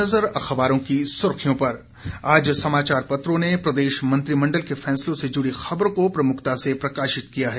एक नजर अखबारों की सुर्खियों पर आज समाचार पत्रों ने प्रदेश मंत्रिमंडल के फैसलों से जुड़ी खबर को प्रमुखता से प्रकाशित किया है